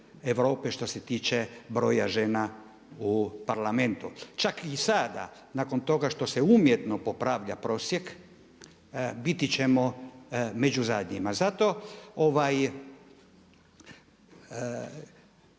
što se tiče broja žena u Parlamentu. Čak i sada nakon toga što se umjetno popravlja prosjek biti ćemo među zadnjima. Zato